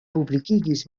publikigis